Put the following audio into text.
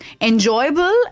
enjoyable